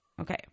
Okay